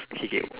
K K